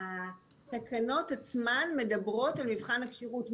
התקנות עצמן מדברות על מבחן הכשירות.